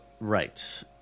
right